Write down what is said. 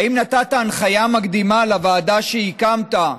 האם נתת הנחיה מקדימה לוועדה שהקמת,